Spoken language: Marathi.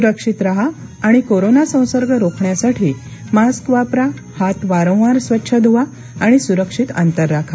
सुरक्षित राहा आणि कोरोना संसर्ग रोखण्यासाठी मास्क वापरा हात वारंवार स्वच्छ धुवा आणि सुरक्षित अंतर राखा